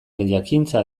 jakintza